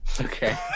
Okay